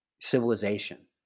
civilization